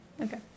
Okay